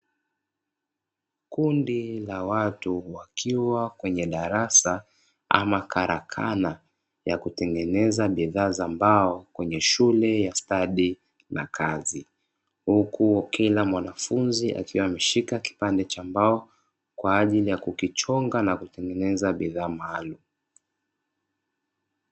Kundi la watu wakiwa kwenye darasa ama karakana ya kutengeneza bidhaa za mbao kwenye shule ya stadi na kazi, huku kila mwanafunzi akiwa ameshika kipande cha mbao kwa ajili ya kukichonga na kutengeneza bidhaa maalumu.